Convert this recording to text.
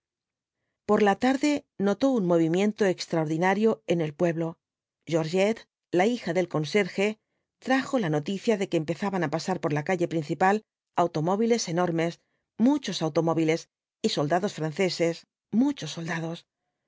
por la tarde notó un movimiento extraordinario en el pueblo georgette la hija del conserje trajo la noticia de que empezaban á pasar por la calle principal automóviles enormes muchos automóviles y soldados franceses muchos soldados